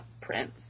prince